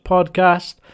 Podcast